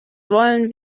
wollen